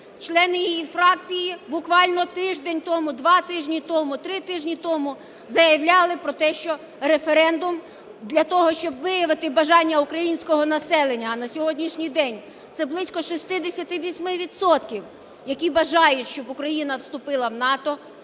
члени її фракції буквально тиждень тому, два тижні тому, три тижні тому заявляли про те, що референдум для того, щоб виявити бажання українського населення, а на сьогоднішній день це близько 68 відсотків, які бажають, щоб Україна вступила в НАТО,